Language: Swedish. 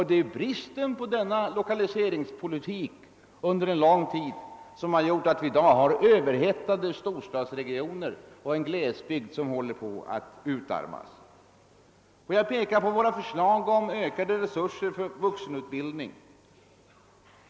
Det är avsaknaden av en lokaliseringspolitik under en lång tid som har gjort att vi i dag har överhettade storstadsregioner och en glesbygd som håller på att utarmas. Får jag erinra om våra förslag om ökade resurser för vuxenutbildning.